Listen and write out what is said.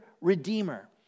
Redeemer